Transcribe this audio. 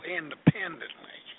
independently